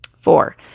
Four